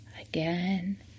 again